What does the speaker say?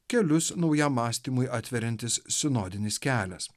kelius naujam mąstymui atveriantis sinodinis kelias